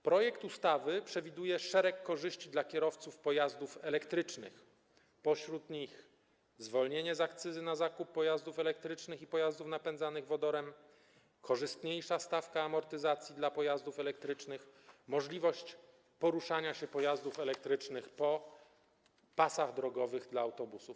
Projekt ustawy przewiduje szereg korzyści dla kierowców pojazdów elektrycznych, m.in. zwolnienie z akcyzy na zakup pojazdów elektrycznych i pojazdów napędzanych wodorem, korzystniejszą stawkę amortyzacji dla pojazdów elektrycznych, możliwość poruszania się pojazdów elektrycznych po pasach drogowych dla autobusów.